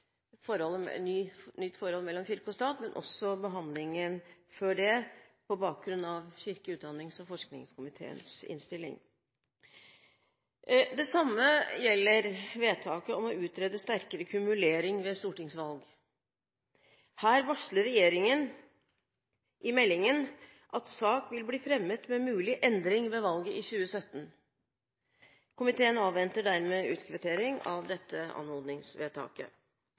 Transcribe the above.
nytt forhold mellom kirke og stat, men også behandlingen før det på bakgrunn av kirke-, utdannings- og forskningskomiteens innstilling. Det samme gjelder vedtaket om utredningsarbeid om kumulering ved stortingsvalg. Her varsler regjeringen i meldingen at sak vil bli fremmet med mulig endring ved valget i 2017. Komiteen avventer dermed utkvittering av dette anmodningsvedtaket.